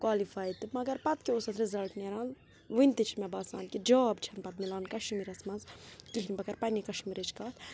qualify تہٕ مگر پَتہٕ کیٛاہ اوس اَتھ رِزَلٹ نیران وٕنہِ تہِ چھِ مےٚ باسان کہِ جاب چھَنہٕ پَتہٕ مِلان کَشمیٖرَس مَنٛز کِہیٖنۍ بہٕ کَرٕ پَنٛنہِ کَشمیٖرٕچ کَتھ